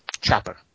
Chopper